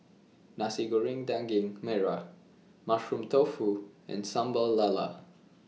Nasi Goreng Daging Merah Mushroom Tofu and Sambal Lala